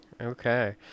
okay